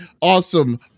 awesome